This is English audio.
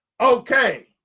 okay